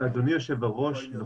אדוני היושב ראש,